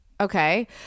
Okay